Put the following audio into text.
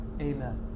Amen